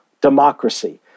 democracy